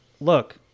look